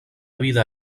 vida